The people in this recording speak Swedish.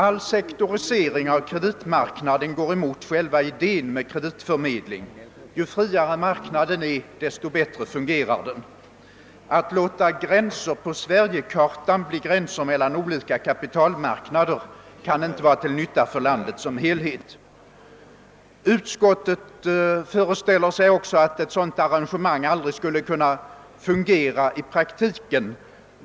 All sektorisering av kreditmarknaden går emot själva idén med kreditförmedling. Ju friare marknaden är desto bättre fungerar den. Att låta gränser på Sverigekartan bli gränser mellan olika kapitalmarknader kan inte vara till nytta för landet i dess helhet. Utskottet föreställer sig också att ett sådant arrangemang aldrig skulle kunna fungera i praktiken.